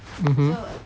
mmhmm